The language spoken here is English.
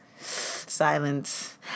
Silence